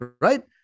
Right